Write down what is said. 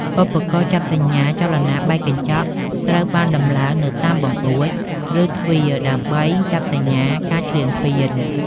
ឧបករណ៍ចាប់សញ្ញាចលនា បែកកញ្ចក់ ត្រូវបានដំឡើងនៅតាមបង្អួច ឬទ្វារ ដើម្បីចាប់សញ្ញាការឈ្លានពាន។